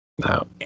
No